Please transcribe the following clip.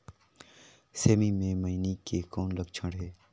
सेमी मे मईनी के कौन लक्षण हे?